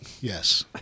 Yes